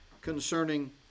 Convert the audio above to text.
concerning